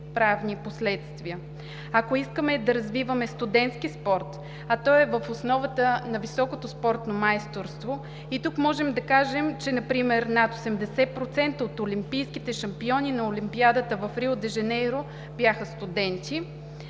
правни последствия. Ако искаме да развиваме студентски спорт, а той е в основата на високото спортно майсторство, и тук можем да кажем, че например над 80% от олимпийските шампиони на олимпиадата в Рио де Жанейро бяха студенти,